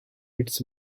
its